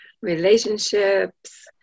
relationships